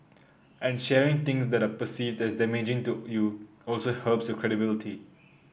and sharing things that are perceived as damaging to you also helps your credibility